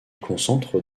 concentre